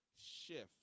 shift